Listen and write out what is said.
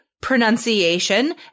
pronunciation